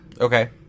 okay